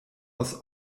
aus